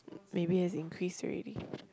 maybe it has increased already